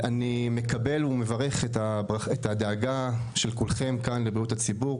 אני מקבל ומברך את הדאגה של כולכם כאן לבריאות הציבור,